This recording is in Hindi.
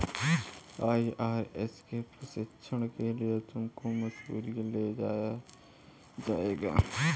आई.आर.एस के प्रशिक्षण के लिए तुमको मसूरी ले जाया जाएगा